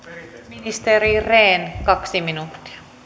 ministeri rehn kaksi minuuttia